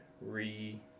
re-